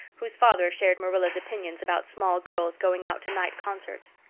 whose father shared marilla's opinions about small girls going out to night concerts.